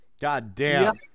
goddamn